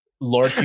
lord